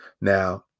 Now